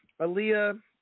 Aaliyah